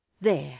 There